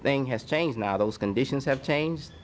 thing has changed now those conditions have changed